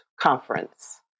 Conference